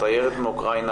תיירת מאוקראינה,